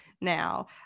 now